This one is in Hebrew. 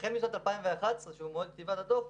החל משנת 2011, מועד כתיבת הדוח,